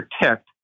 protect